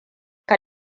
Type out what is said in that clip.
ka